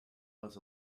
plus